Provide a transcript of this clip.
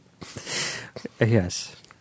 Yes